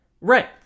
Right